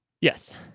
Yes